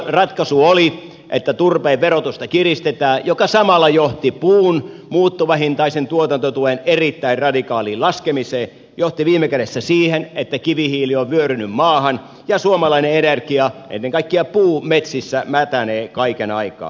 niinpä ratkaisu oli että turpeen verotusta kiristetään mikä samalla johti puun muuttuvahintaisen tuotantotuen erittäin radikaaliin laskemiseen ja johti viime kädessä siihen että kivihiili on vyörynyt maahan ja suomalainen energia ennen kaikkea puu metsissä mätänee kaiken aikaa